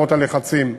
למרות הלחצים,